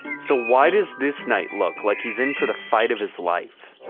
so why does this knight look like he's in for the fight of his life?